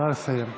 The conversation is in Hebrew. נא לסיים.